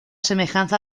semejanza